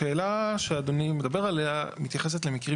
השאלה שאדוני מדבר עליה מתייחסת למקרים